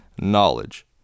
knowledge